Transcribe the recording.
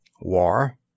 WAR